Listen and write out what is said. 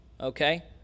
Okay